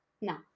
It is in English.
No